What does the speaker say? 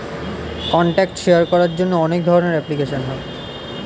contact share করার জন্য অনেক ধরনের অ্যাপ্লিকেশন হয়